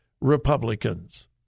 Republicans